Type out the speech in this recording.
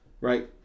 right